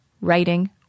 writing